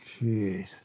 Jeez